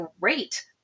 great